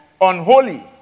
unholy